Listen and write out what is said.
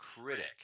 critic